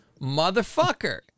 motherfucker